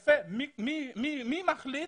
ראשית, מי מחליט